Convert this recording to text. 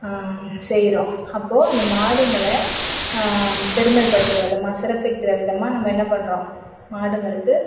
செய்கிறோம் அப்போது அந்த மாடுங்களை பெருமைப்படுத்துற விதமாக சிறப்பிக்கிற விதமாக என்ன நம்ம பண்ணுறோம் மாடுகளுக்கு